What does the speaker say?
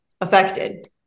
affected